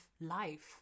life